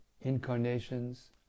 incarnations